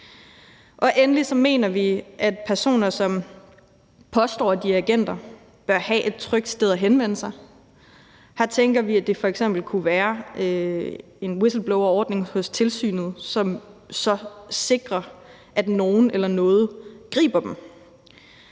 Endelig mener vi, at personer, som påstår, at de er agenter, bør have et trygt sted at henvende sig. Her tænker vi, at det f.eks. kunne være en whistleblowerordning hos tilsynet, som så sikrer, at nogen eller noget griber dem.